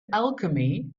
alchemy